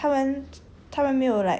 orh but like 他们